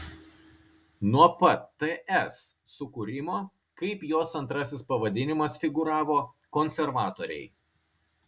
nuo pat ts sukūrimo kaip jos antrasis pavadinimas figūravo konservatoriai